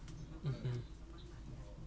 mmhmm